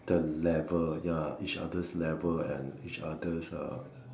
the level ya each other's level and each other's uh